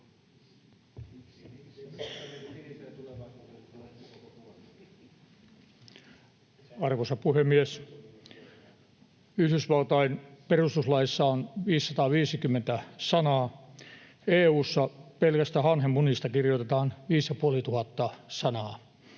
Arvoisa puhemies! Yhdysvaltain perustuslaissa on 550 sanaa. EU:ssa pelkästään hanhenmunista kirjoitetaan viisi ja